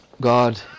God